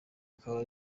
akaba